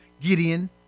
Gideon